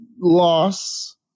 loss